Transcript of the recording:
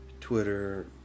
twitter